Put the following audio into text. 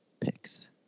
picks